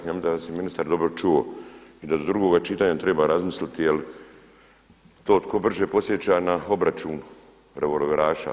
Ja mislim da vas je ministar dobro čuo i da do drugoga čitanja treba razmisliti jel' to tko brže podsjeća na obračun revolveraša.